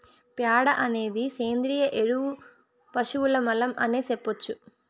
ప్యాడ అనేది సేంద్రియ ఎరువు పశువుల మలం అనే సెప్పొచ్చు